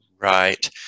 Right